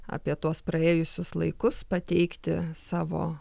apie tuos praėjusius laikus pateikti savo